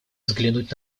взглянуть